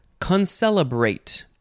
concelebrate